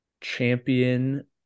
champion